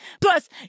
Plus